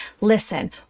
Listen